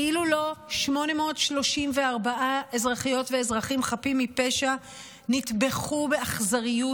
כאילו לא 834 אזרחיות ואזרחים חפים מפשע נטבחו באכזריות,